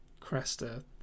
Cresta